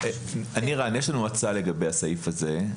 נירה, יש לנו הצעה לגבי הסעיף הזה,